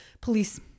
police